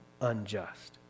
unjust